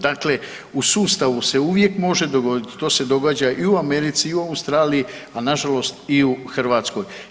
Dakle, u sustavu se uvijek može dogoditi, to se događa i u Americi i u Australiji, a na žalost i u HrVatskoj.